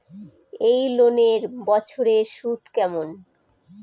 এই লোনের বছরে সুদ কেমন?